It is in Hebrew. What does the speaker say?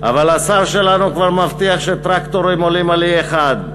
אבל השר שלנו כבר מבטיח שטרקטורים עולים על E1,